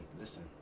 listen